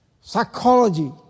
psychology